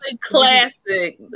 Classic